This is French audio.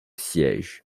sièges